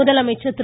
முதலமைச்சர் திரு